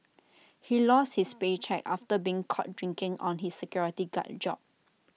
he lost his paycheck after being caught drinking on his security guard job